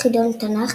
חידון התנ"ך,